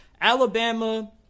Alabama